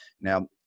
Now